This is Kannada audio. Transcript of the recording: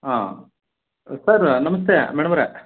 ಹಾಂ ಸರ್ ನಮಸ್ತೆ ಮೇಡಮವ್ರೆ